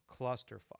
clusterfuck